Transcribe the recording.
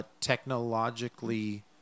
technologically